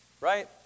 right